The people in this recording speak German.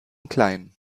klein